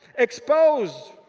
exposed.